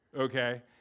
okay